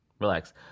relax